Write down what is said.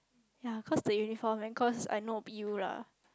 ya cause the uniform and cause I know a bit !eww! lah